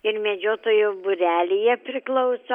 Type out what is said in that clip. ir medžiotojų būrelyje priklauso